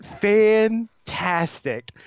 fantastic